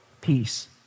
peace